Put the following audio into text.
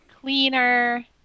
cleaner